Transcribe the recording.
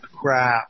crap